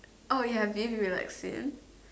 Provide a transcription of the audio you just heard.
oh you have beef relaxing